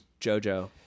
Jojo